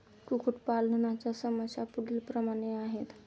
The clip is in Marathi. कुक्कुटपालनाच्या समस्या पुढीलप्रमाणे आहेत